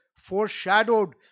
foreshadowed